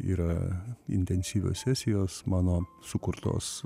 yra intensyvios sesijos mano sukurtos